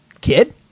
kid